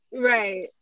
right